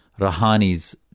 Rahani's